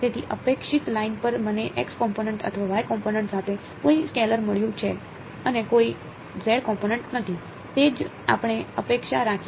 તેથી અપેક્ષિત લાઇન પર મને x કોમ્પોનેંટ અથવા y કોમ્પોનેંટ સાથે કોઈ સ્કેલર મળ્યું છે અને કોઈ z કોમ્પોનેંટ નથી તે જ આપણે અપેક્ષા રાખીએ છીએ